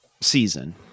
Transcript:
season